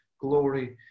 glory